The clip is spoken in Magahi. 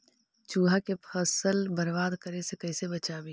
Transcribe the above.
चुहा के फसल बर्बाद करे से कैसे बचाबी?